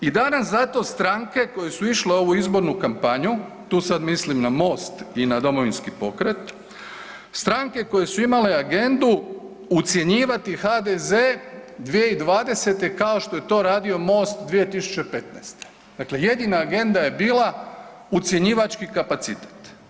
I danas zato stranke koje su išle u ovu izbornu kampanju, tu sad mislim na MOST i na Domovinski pokret, stranke koje su imale agendu ucjenjivati HDZ 2020. kao što je to radio MOST 2015., dakle jedina agenda je bila ucjenjivački kapacitet.